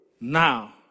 now